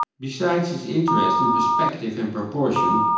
besides his interest in perspective and proportion,